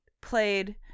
played